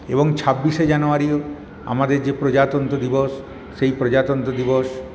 এবং ছাব্বিশে জানুয়ারী আমাদের যে প্রজাতন্ত্র দিবস সেই প্রজাতন্ত্র দিবস